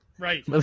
Right